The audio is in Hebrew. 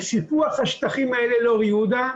בסיפוח השטחים האלה לאור יהודה,